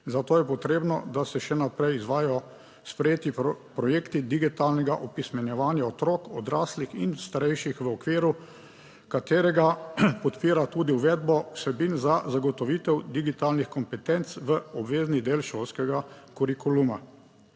zato je potrebno, da se še naprej izvajajo sprejeti projekti digitalnega opismenjevanja otrok, odraslih in starejših v okviru katerega podpira tudi uvedbo vsebin za zagotovitev digitalnih kompetenc v obvezni del šolskega kurikuluma.